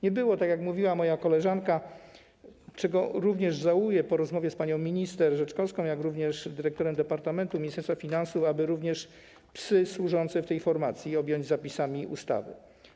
Nie było akceptacji, tak jak mówiła moja koleżanka, czego również żałuję po rozmowie zarówno z panią minister Rzeczkowską, jak również z dyrektorem departamentu Ministerstwa Finansów, aby również psy służące w tej formacji objąć zapisami ustawy.